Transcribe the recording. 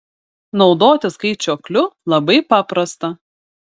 naudotis skaičiuokliu labai paprasta